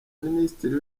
ministiri